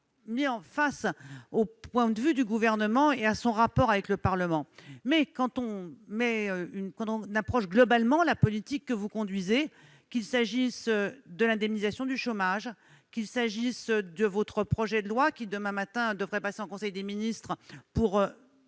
mis face au point de vue du Gouvernement quant à son rapport avec le Parlement. Mais quand on approche dans son ensemble la politique que vous conduisez, qu'il s'agisse de l'indemnisation du chômage ou de votre projet de loi qui, demain matin, devrait passer en conseil des ministres, pour